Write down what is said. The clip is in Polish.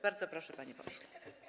Bardzo proszę, panie pośle.